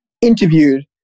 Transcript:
interviewed